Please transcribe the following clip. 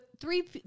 three